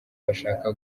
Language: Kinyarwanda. bashaka